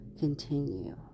continue